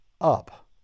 up